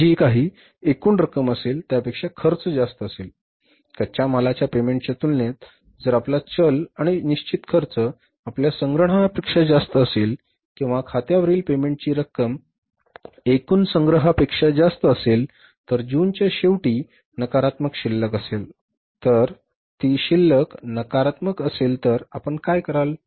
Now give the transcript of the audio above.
जी काही एकुण रक्कम असेल त्यापेक्षा खर्च जास्त असेल कच्च्या मालाच्या पेमेंटच्या तुलनेत जर आपला चल आणि निश्चित खर्च आपल्या संग्रहणापेक्षा जास्त असेल किंवा खात्यावरील पेमेंटची रक्कम एकूण संग्रहापेक्षा जास्त असेल तर जूनच्या शेवटी नकारात्मक शिल्लक असेल जर ती शिल्लक नकारात्मक असेल तर आपण काय कराल